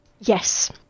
Yes